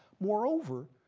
moreover,